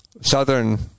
southern